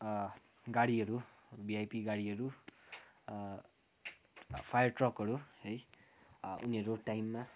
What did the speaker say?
गाडीहरू भिआइपी गाडीहरू फायर ट्रकहरू है उनीहरू टाइममा